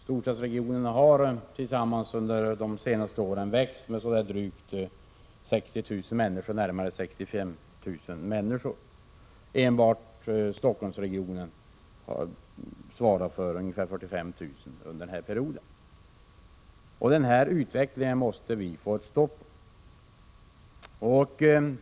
Storstadsregionerna har under de senaste åren växt med drygt 60 000, närmare 65 000, människor. Enbart Stockholmsregionen svarar för ungefär 45 000 av denna ökning under de här åren. På den utvecklingen måste vi få ett stopp.